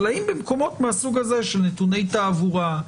אבל האם במקומות מהסוג הזה של נתוני תעבורה,